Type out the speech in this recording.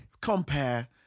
Compare